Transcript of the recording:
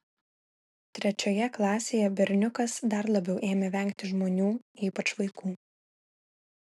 trečioje klasėje berniukas dar labiau ėmė vengti žmonių ypač vaikų